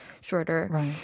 shorter